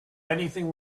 anything